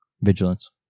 Vigilance